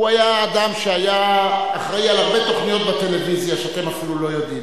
היה אדם שהיה אחראי להרבה תוכניות בטלוויזיה שאתם אפילו לא יודעים,